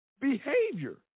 behavior